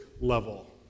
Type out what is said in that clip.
level